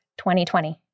2020